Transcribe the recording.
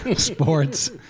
sports